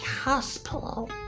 hospital